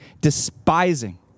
despising